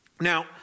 Now